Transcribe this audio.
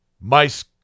mice